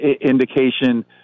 indication